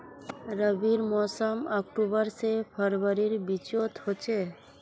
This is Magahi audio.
रविर मोसम अक्टूबर से फरवरीर बिचोत होचे